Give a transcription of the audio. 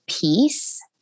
peace